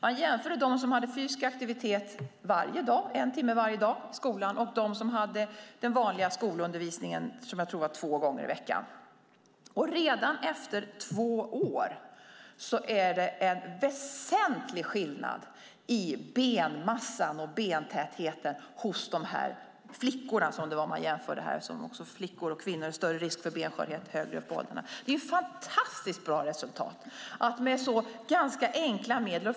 Man jämförde dem som hade fysisk aktivitet en timme varje dag i skolan och dem som hade den vanliga skolundervisningen, som jag tror var två gånger i veckan. Redan efter två år är det en väsentlig skillnad i benmassan och bentätheten hos de flickor man jämförde. Kvinnor har en större risk för benskörhet högre upp i åldrarna. Det är fantastiskt bra resultat med ganska enkla medel.